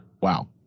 Wow